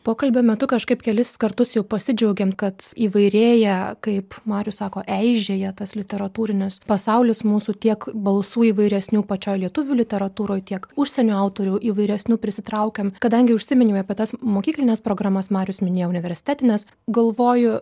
pokalbio metu kažkaip kelis kartus jau pasidžiaugėme kad įvairėja kaip marius sako eižėja tas literatūrinis pasaulis mūsų tiek balsų įvairesnių pačioj lietuvių literatūroj tiek užsienio autorių įvairesnių prisitraukiam kadangi užsiminiau apie tas mokyklines programas marius minėjo universitetines galvoju